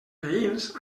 veïns